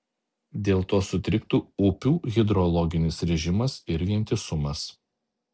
dėl to sutriktų upių hidrologinis režimas ir vientisumas